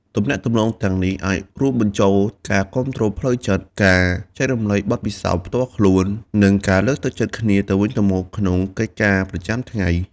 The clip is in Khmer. ទំនាក់ទំនងទាំងនេះអាចរួមបញ្ចូលការគាំទ្រផ្លូវចិត្ត ការចែករំលែកបទពិសោធន៍ផ្ទាល់ខ្លួន និងការលើកទឹកចិត្តគ្នាទៅវិញទៅមកក្នុងកិច្ចការប្រចាំថ្ងៃ។